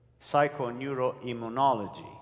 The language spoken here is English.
psychoneuroimmunology